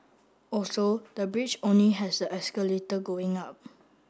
also the bridge only has the escalator going up